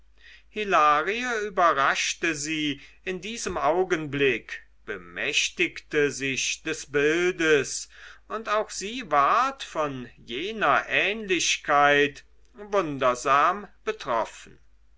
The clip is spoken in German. hilarie überraschte sie in diesem augenblick bemächtigte sich des bildes und auch sie ward von jener ähnlichkeit wundersam betroffen